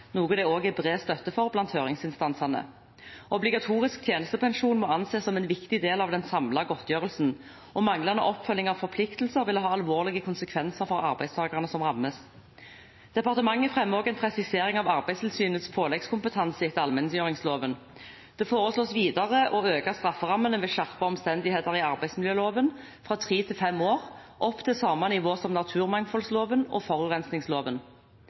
noe det også er bred støtte for blant høringsinstansene. Obligatorisk tjenestepensjon må anses som en viktig del av den samlede godtgjørelsen, og manglende oppfølging av forpliktelser vil ha alvorlige konsekvenser for de arbeidstakerne som rammes. Departementet fremmer også en presisering av Arbeidstilsynets påleggskompetanse etter allmenngjøringsloven. Det foreslås videre å øke strafferammene ved skjerpede omstendigheter i arbeidsmiljøloven, fra tre til fem år, opp til samme nivå som naturmangfoldloven og